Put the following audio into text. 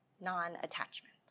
non-attachment